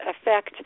affect